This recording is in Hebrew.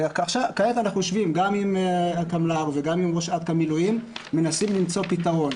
ואנחנו יושבים גם עם --- וגם עם ראש אכ"א מילואים ומנסים למצוא פתרון